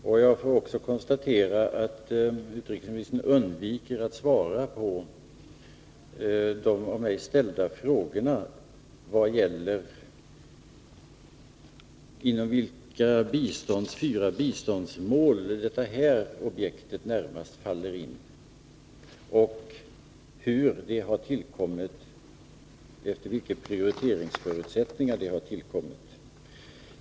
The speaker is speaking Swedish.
Vidare konstaterar jag att utrikesministern undviker att svara på de av mig ställda frågorna vilket av de fyra biståndsmålen som det aktuella objektet närmast kan hänföras till och vilka prioriteringsförutsättningarna har varit vid tillkomsten.